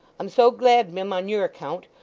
i'm so glad, mim, on your account.